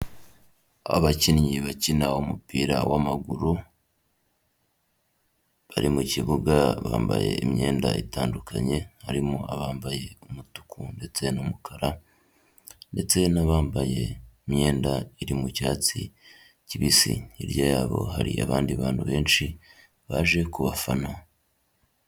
Abakinnyi bakina umupira w'amaguru bari mu kibuga bambaye imyenda itandukanye harimo abambaye umutuku ndetse n'umukara ndetse n'abambaye imyenda iri mu cyatsi kibisi, hirya yabo hari abandi bantu benshi baje ku bafana.